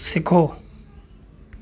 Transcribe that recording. सिखो